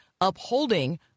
upholding